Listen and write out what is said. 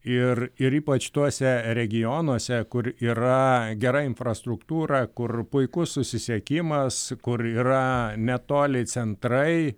ir ir ypač tuose regionuose kur yra gera infrastruktūra kur puikus susisiekimas kur yra netoli centrai